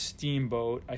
Steamboat